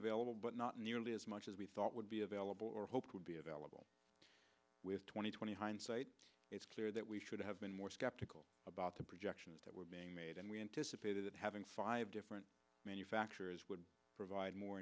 available but not nearly as much as we thought would be available or hoped would be available with twenty twenty hindsight it's clear that we should have been more skeptical about the projections that were being made and we anticipated that having five different manufacturers would provide more